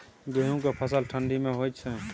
गेहूं के फसल ठंडी मे होय छै?